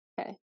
Okay